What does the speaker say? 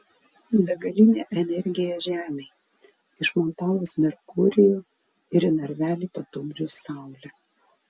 begalinė energija žemei išmontavus merkurijų ir į narvelį patupdžius saulę